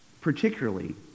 Particularly